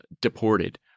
deported